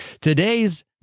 Today's